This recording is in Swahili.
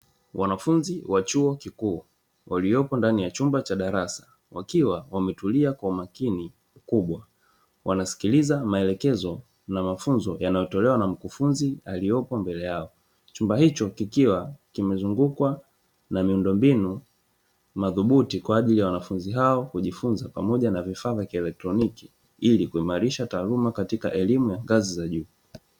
Wanafunzi wa chuo kikuu waliopo ndani ya chumba cha darasa wakiwa wametulia kwa umakini mkubwa wanasikiliza maelekezo na mafunzo yanayotolewa na mkufunzi aliyopo mbele yao, chumba hicho kikiwa kimezungukwa na miundombinu madhubuti kwa ajili ya wanafunzi hao kujifunza pamoja na vifaa vya kielektroniki ili kuimarisha taaluma katika elimu ya ngazi za juu.